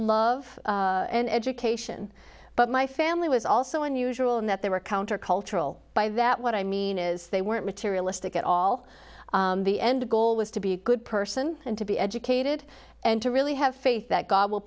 love and education but my family was also unusual in that they were counter cultural by that what i mean is they weren't materialistic at all the end goal was to be a good person and to be educated and to really have faith that god will